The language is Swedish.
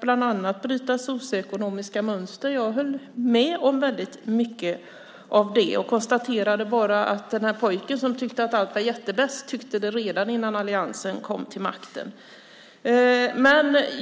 bland annat för att bryta socioekonomiska mönster. Jag höll med om väldigt mycket av det hon sade och konstaterade bara att den pojke som tyckte att allt var "jättebäst" tyckte det redan innan alliansen kom till makten.